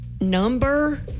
number